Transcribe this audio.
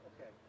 Okay